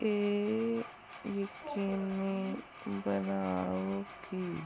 ਇਹ ਯਕੀਨੀ ਬਣਾਓ ਕਿ